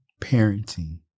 parenting